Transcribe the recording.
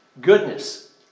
Goodness